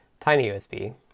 TinyUSB